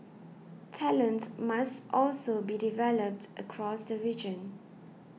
talent must also be developed across the region